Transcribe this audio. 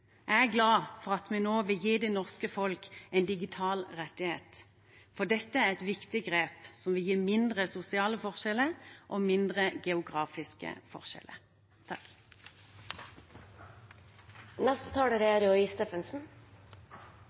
Jeg er glad for at vi nå vil gi det norske folk en digital rettighet, for dette er et viktig grep som vil gi mindre sosiale forskjeller og mindre geografiske forskjeller.